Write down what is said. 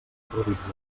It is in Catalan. horroritzat